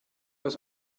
aus